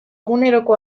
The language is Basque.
eguneroko